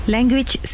Language